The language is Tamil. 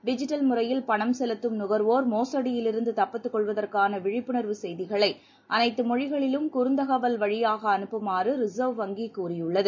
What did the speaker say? டிஜிட்டல் முறையில் பணம் செலுத்தும் நுகர்வோர் மோசடியிலிருந்து தப்பித்துக் கொள்வதற்கான விழிப்புணர்வு செய்திகளை அனைத்து மொழிகளிலும் குறுந்தகவல் வழியாக அனுப்புமாறு ரிசர்வ் வங்கி கூறியுள்ளது